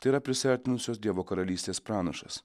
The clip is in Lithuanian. tai yra prisiartinusios dievo karalystės pranašas